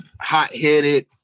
hot-headed